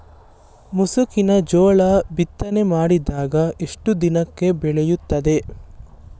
ಮುಸುಕಿನ ಜೋಳ ಬಿತ್ತನೆ ಮಾಡಿದ ಎಷ್ಟು ದಿನಕ್ಕೆ ಬೆಳೆಯುತ್ತದೆ?